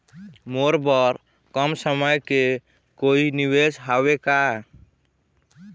मोर बर कम समय के कोई निवेश हावे का?